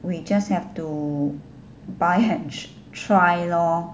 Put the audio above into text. we just have to buy and tr~ try lor